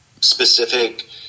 specific